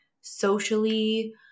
socially